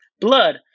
blood